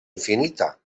infinita